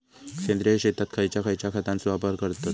सेंद्रिय शेतात खयच्या खयच्या खतांचो वापर करतत?